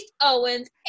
Owens